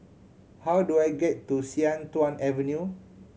how do I get to Sian Tuan Avenue